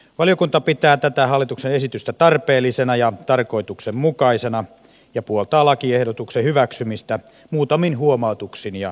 valiokunta pitää tätä hallituksen esitystä tarpeellisena ja tarkoituksenmukaisena ja puoltaa lakiehdotuksen hyväksymistä muutamin huomautuksin ja muutosehdotuksin